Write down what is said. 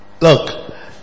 Look